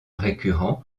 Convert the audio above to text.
récurrents